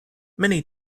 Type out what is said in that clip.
many